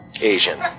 Asian